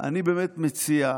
אני באמת מציע,